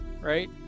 Right